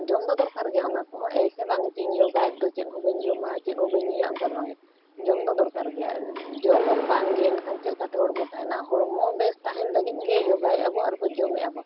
ᱡᱚᱢ ᱫᱚ ᱫᱚᱨᱠᱟᱨ ᱜᱮᱭᱟ ᱚᱱᱟ ᱠᱚᱦᱚᱸ ᱮᱭᱥᱮ ᱵᱟᱝ ᱪᱮᱜ ᱤᱧ ᱭᱳᱜᱟᱭᱮᱫ ᱫᱚ ᱪᱮᱫ ᱦᱚᱸ ᱵᱟᱹᱧ ᱡᱚᱢᱟ ᱪᱮᱫ ᱦᱚᱸ ᱵᱟᱹᱧ ᱧᱩᱭᱟ ᱚᱱᱠᱟ ᱫᱚ ᱵᱟᱝ ᱜᱮ ᱡᱚᱢ ᱫᱚ ᱫᱚᱨᱠᱟᱨ ᱜᱮᱭᱟ ᱡᱚᱢᱟᱢ ᱵᱟᱝᱜᱮ ᱮᱱᱠᱷᱟᱱ ᱪᱮᱫᱞᱮᱠᱟᱛᱮ ᱦᱚᱲᱢᱚ ᱛᱟᱦᱮᱱᱟ ᱦᱚᱲᱢᱚ ᱵᱮᱥ ᱛᱟᱦᱮᱱ ᱞᱟᱹᱜᱤᱫ ᱜᱮ ᱭᱳᱜᱟᱭᱮᱫᱟ ᱵᱚᱱ ᱟᱨ ᱵᱚᱱ ᱡᱚᱢᱮᱜᱼᱟ ᱵᱚᱱ